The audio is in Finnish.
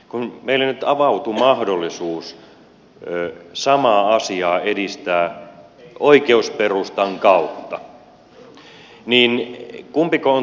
kun meille nyt avautui mahdollisuus samaa asiaa edistää oikeusperustan kautta niin kumpiko on turvallisempi